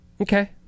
Okay